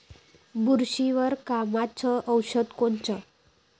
बुरशीवर कामाचं औषध कोनचं?